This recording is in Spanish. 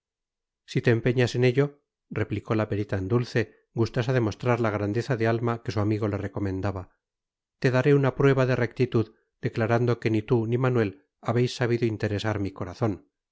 si te empeñas en ello replicó la perita en dulce gustosa de mostrar la grandeza de alma que su amigo le recomendaba te daré una prueba de rectitud declarando que ni tú ni manuel habéis sabido interesar mi corazón